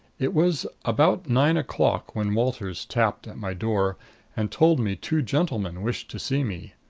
it was about nine o'clock when walters tapped at my door and told me two gentlemen wished to see me.